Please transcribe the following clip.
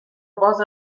باز